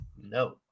no